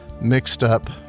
mixed-up